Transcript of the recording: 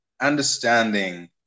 understanding